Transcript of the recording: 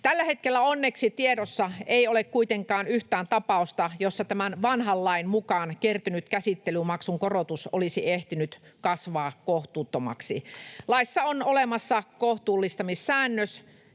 Tällä hetkellä onneksi tiedossa ei ole kuitenkaan yhtään tapausta, jossa tämän vanhan lain mukaan kertynyt käsittelymaksun korotus olisi ehtinyt kasvaa kohtuuttomaksi. Laissa on olemassa kohtuullistamissäännös,